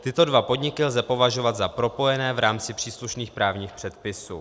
Tyto dva podniky lze považovat za propojené v rámci příslušných právních předpisů.